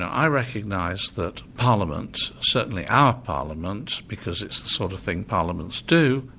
i recognise that parliament, certainly our parliament, because it's the sort of thing parliaments do,